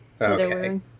Okay